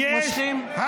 מושכים?